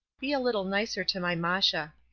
be a little nicer to my masha.